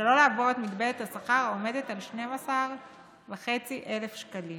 שלא לעבור את מגבלת השכר, העומדת על 12,500 שקלים,